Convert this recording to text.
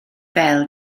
fel